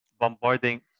bombarding